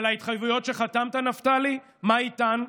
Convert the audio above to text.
וההתחייבות שעליהן חתמת, נפתלי, מה איתן?